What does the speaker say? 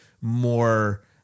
more